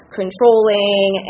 controlling